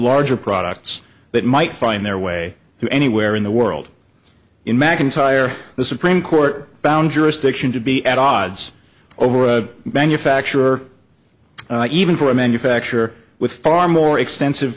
larger products that might find their way to anywhere in the world in mcintyre the supreme court found jurisdiction to be at odds over a manufacturer even for a manufacture with far more extensive